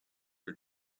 are